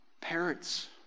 Parents